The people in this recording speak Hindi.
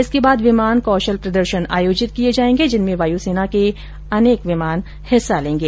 इसके बाद विमान कौशल प्रदर्शन आयोजित किए जायेंगे जिनमें वायुसेना के अनेक विमान हिस्सा लेंगे